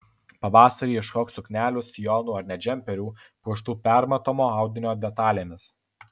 pavasarį ieškok suknelių sijonų ar net džemperių puoštų permatomo audinio detalėmis